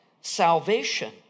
salvation